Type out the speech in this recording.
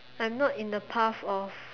I'm not in the path of